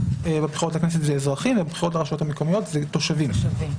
בבחירות לכנסת אלו אזרחים ובבחירות לרשויות המקומיות אלו תושבים.